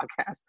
podcast